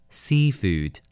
seafood